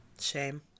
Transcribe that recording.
shame